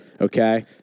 Okay